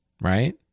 right